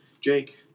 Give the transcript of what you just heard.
Jake